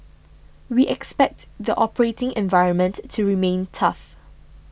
we expect the operating environment to remain tough